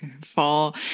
Fall